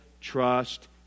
trust